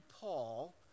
Paul